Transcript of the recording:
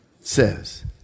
says